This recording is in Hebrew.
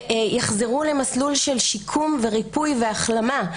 ויחזרו למסלול של שיקום, ריפוי והחלמה.